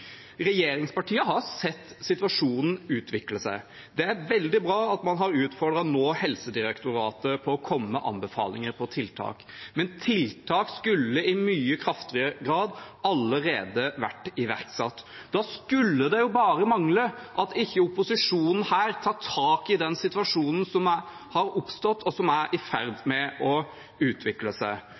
har sett situasjonen utvikle seg. Det er veldig bra at man nå har utfordret Helsedirektoratet til å komme med anbefalinger om tiltak. Men tiltak skulle i mye kraftigere grad allerede vært iverksatt. Da skulle det bare mangle at ikke opposisjonen her tar tak i den situasjonen som har oppstått, og som er i ferd med å utvikle seg.